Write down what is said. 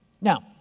Now